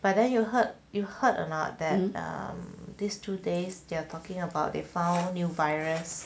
but then you heard you heard or not then these two days they are talking about they found new virus